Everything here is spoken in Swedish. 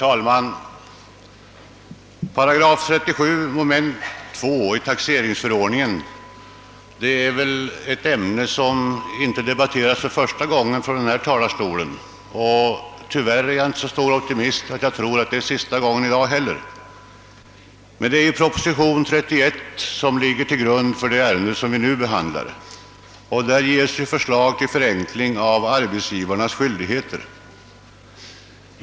Herr talman! 37 § 2 mom. taxeringsförordningen debatteras inte för första gången i denna kammare. Tyvärr är jag inte så stor optimist att jag tror att den debatteras för sista gången i dag. I proposition nr 31, som ligger till grund för det ärende vi nu behandlar, föreslås förenkling av arbetsgivarnas uppgiftsskyldighet.